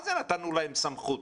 מה זה "נתנו להם סמכות".